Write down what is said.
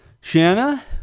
Shanna